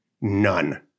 none